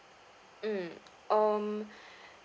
mm um